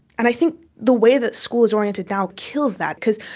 and i think the way that school is oriented now kills that because,